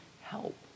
help